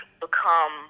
become